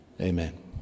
amen